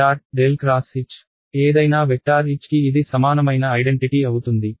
∇ X H ఏదైనా vector H కి ఇది సమానమైన ఐడెంటిటీ అవుతుంది